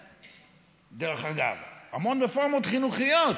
דרך אגב, המון רפורמות חינוכיות